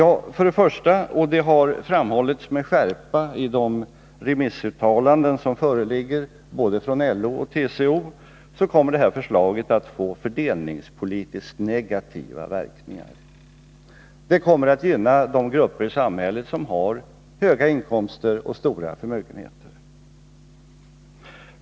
För det första — och det har framhållits med skärpa i de remissuttalanden som föreligger från både LO och TCO — kommer förslaget att få fördelningspolitiskt negativa verkningar. Det kommer att gynna de grupper i samhället som har höga inkomster och stora förmögenheter.